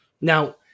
Now